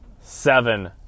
seven